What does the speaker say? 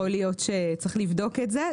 יכול להיות שצריך לבדוק את זה.